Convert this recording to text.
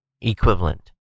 equivalent